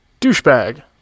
Douchebag